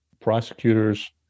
Prosecutors